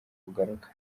kugaruka